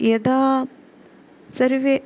यदा सर्वे